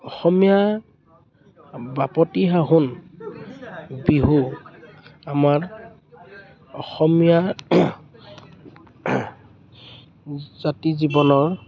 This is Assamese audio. অসমীয়া বাপতিসাহোন বিহু আমাৰ অসমীয়া জাতি জীৱনৰ